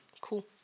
Cool